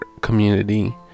community